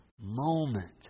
moment